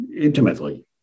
intimately